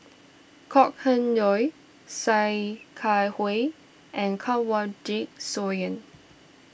Kok Heng Leun Sia Kah Hui and Kanwaljit Soin